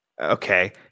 Okay